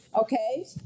Okay